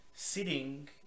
Sitting